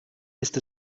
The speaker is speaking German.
ist